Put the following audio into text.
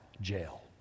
jail